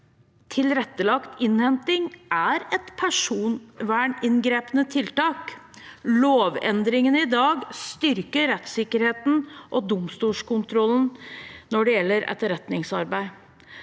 Tilrettelagt innhenting er imidlertid et personverninngripende tiltak. Lovendringene i dag styrker rettssikkerheten og domstolskontrollen når det gjelder etterretningsarbeid.